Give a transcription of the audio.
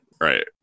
right